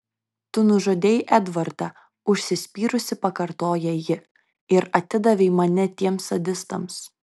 tu nužudei edvardą užsispyrusi pakartoja ji ir atidavei mane tiems sadistams